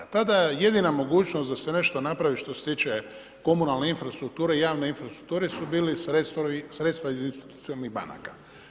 Tada jedina mogućnost da se nešto napravi što se tiče komunalne infrastrukture i javne infrastrukture su bila sredstva iz institucionalnih banaka.